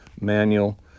manual